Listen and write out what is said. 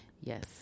Yes